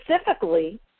specifically